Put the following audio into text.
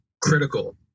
critical